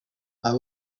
aba